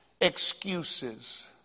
excuses